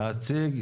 להציג,